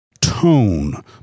tone